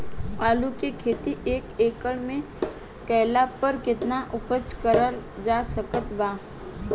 आलू के खेती एक एकड़ मे कैला पर केतना उपज कराल जा सकत बा?